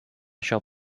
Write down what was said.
shall